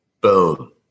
Boom